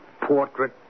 portrait